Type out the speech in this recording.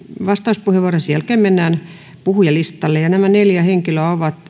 vastauspuheenvuoroa ja sen jälkeen mennään puhujalistalle ja nämä neljä henkilöä ovat